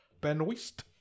Benoist